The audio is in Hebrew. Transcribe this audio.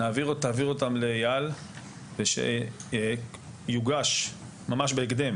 אז אני מבקש שתעביר אותם לאייל ושיוגש בהקדם